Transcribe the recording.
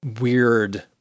weird